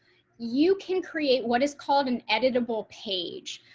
you can create what is called an editable page.